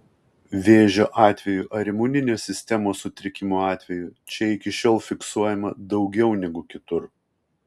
vėžio atvejų ar imuninės sistemos sutrikimo atvejų čia iki šiol fiksuojama daugiau negu kitur